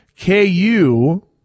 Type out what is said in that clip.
KU